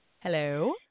Hello